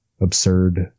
absurd